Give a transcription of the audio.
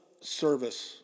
service